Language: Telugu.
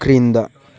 క్రింద